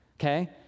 okay